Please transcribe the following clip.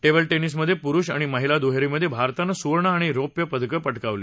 table टेनिसमध्ये पुरुष आणि महिला दुहेरीमध्ये भारतानं सुवर्ण आणि रौप्य पदकं पटकावली